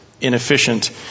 inefficient